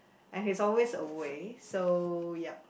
and he's always away so yup